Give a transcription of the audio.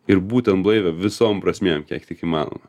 ir būtent blaivią visom prasmėm kiek tik įmanoma